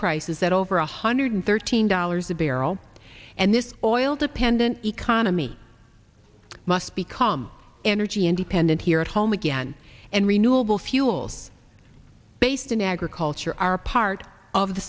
prices at over one hundred thirteen dollars a barrel and this oil dependent economy must become energy independent here at home again and renewable fuels based in agriculture are part of the